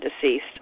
deceased